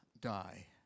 die